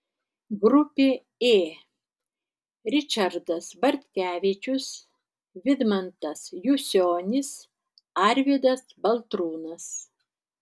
grupė ė ričardas bartkevičius vidmantas jusionis arvydas baltrūnas